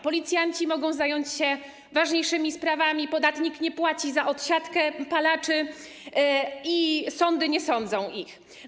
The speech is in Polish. Policjanci mogą zająć się ważniejszymi sprawami, podatnik nie płaci za odsiadkę palaczy i sądy nie sądzą ich.